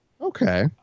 Okay